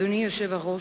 אדוני היושב-ראש,